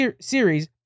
series